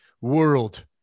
world